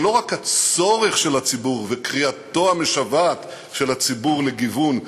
זה לא רק הצורך של הציבור וקריאתו המשוועת של הציבור לגיוון,